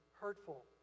hurtful